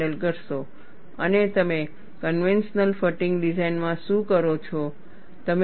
અને તમે conventional fatigue ડિઝાઇનમાં શું કરો છો